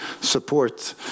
support